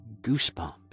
goosebumps